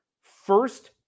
first